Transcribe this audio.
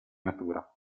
natura